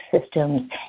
systems